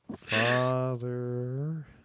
Father